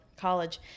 college